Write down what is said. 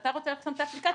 אתה רוצה לחסום את האפליקציה,